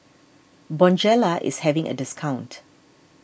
Bonjela is having a discount